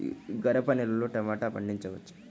గరపనేలలో టమాటా పండించవచ్చా?